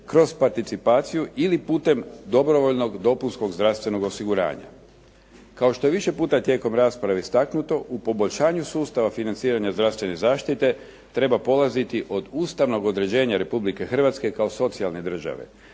kroz participaciju ili putem dobrovoljnog dopunskog zdravstvenog osiguranja. Kao što je više puta tijekom rasprave istaknuto u poboljšanju sustava financiranja zdravstvene zaštite treba polaziti od ustavnog određenja Republike Hrvatske kao socijalne države,